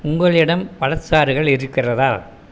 உங்களிடம் பழச்சாறுகள் இருக்கிறதா